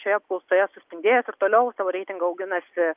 šioje apklausoje suspindėjęs ir toliau savo reitingą auginasi